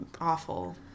awful